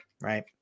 right